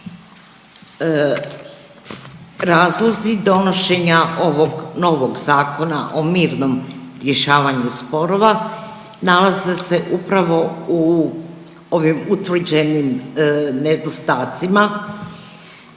Razlozi donošenja ovog novog Zakona o mirnom rješavanju sporova nalaze se upravo u ovim utvrđenim nedostacima